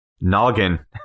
Noggin